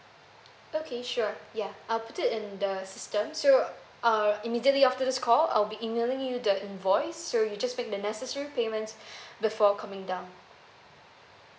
okay sure ya I'll put it in the system so err immediately after this call I'll be emailing you the invoice so you just make the necessary payments before coming down